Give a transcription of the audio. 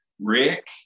Rick